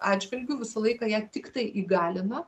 atžvilgiu visą laiką ją tiktai įgalina